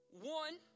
One